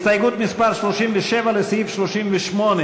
הסתייגות מס' 37 לסעיף 38,